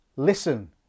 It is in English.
Listen